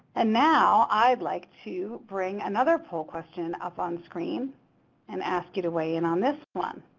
and now i'd like to bring another poll question up on screen and asked you to weigh in on this one.